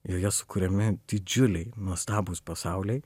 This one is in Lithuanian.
joje sukuriami didžiuliai nuostabūs pasauliai